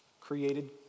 created